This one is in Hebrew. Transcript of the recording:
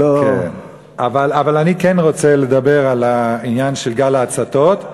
אבל אני כן רוצה לדבר על העניין של גל ההצתות.